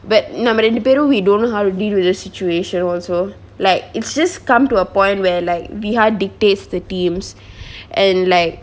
but நம்ம ரெண்டு பேரும்:namma rendu perum we don't know how to deal with the situation also like it's just come to a point where like viha dictates the teams and like